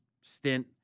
stint